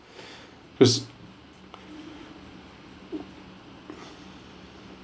it's